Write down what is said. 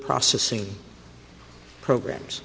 processing programs